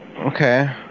Okay